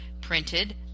printed